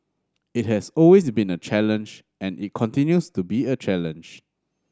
it has always been a challenge and it continues to be a challenge